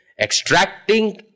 Extracting